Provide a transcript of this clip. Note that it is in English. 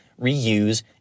reuse